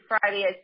Friday